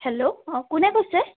hello অঁ কোনে কৈছে